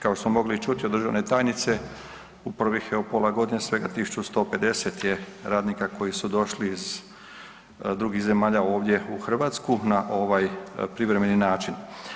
Kao što smo mogli čuti od državne tajnice u prvih evo pola godine svega 1150 je radnika koji su došli iz drugih zemalja ovdje u Hrvatsku na ovaj privremeni način.